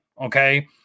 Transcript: Okay